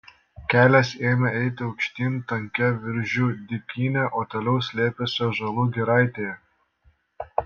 kelias ėmė eiti aukštyn tankia viržių dykyne o toliau slėpėsi ąžuolų giraitėje